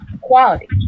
quality